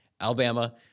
Alabama